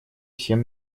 всем